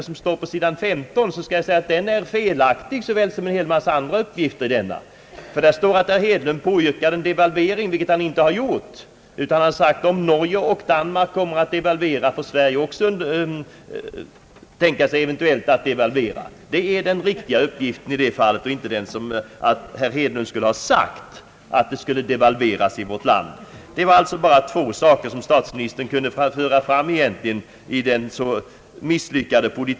Då vill jag säga att de uppgifter som finns där på sidan 15 är felaktiga, i likhet med en hel mängd andra uppgifter i denna skrift. Där står att herr Hedlund »påyrkar» en devalvering, vilket han inte har gjort. Han har sagt att om Norge och Danmark devalverar får Sve rige också eventuellt tänka sig att devalvera. Detta är den riktiga uppgiften i detta fall och inte att herr Hedlund skulle ha sagt att Sverige skall devalvera. Det var alltså bara två saker som statsministern kunde föra fram som exempel på centerns så misslyckade el .